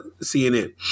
CNN